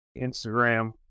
Instagram